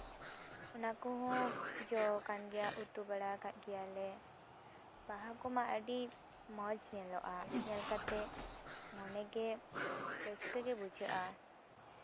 ᱚᱱᱟ ᱠᱚᱦᱚᱸ ᱡᱚ ᱠᱟᱱ ᱜᱮᱭᱟ ᱩᱛᱩ ᱵᱟᱲᱟ ᱠᱟᱜ ᱜᱮᱭᱟᱞᱮ ᱵᱟᱦᱟ ᱠᱚᱢᱟ ᱟᱹᱰᱤ ᱢᱚᱡᱽ ᱧᱮᱞᱚᱜᱼᱟ ᱧᱮᱞ ᱠᱟᱛᱮᱜ ᱢᱚᱱᱮᱜᱮ ᱨᱟᱹᱥᱠᱟᱹᱜᱮ ᱵᱩᱡᱷᱟᱹᱜᱼᱟ